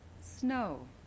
snow